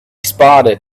spotted